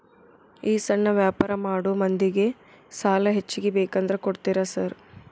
ಈ ಸಣ್ಣ ವ್ಯಾಪಾರ ಮಾಡೋ ಮಂದಿಗೆ ಸಾಲ ಹೆಚ್ಚಿಗಿ ಬೇಕಂದ್ರ ಕೊಡ್ತೇರಾ ಸಾರ್?